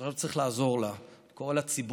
אז עכשיו צריך לעזור לה, כל הציבור,